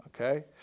Okay